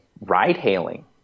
ride-hailing